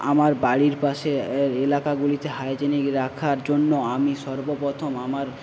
আমার বাড়ির পাশে এলাকাগুলিকে হাইজেনিক রাখার জন্য আমি সর্বপ্রথম আমার